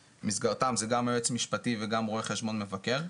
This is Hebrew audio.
שבמסגרתם זה גם היועץ המשפטי וגם רואה חשבון מבקר,